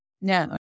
No